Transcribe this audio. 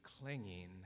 clinging